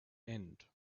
end